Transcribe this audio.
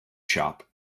shop